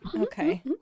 Okay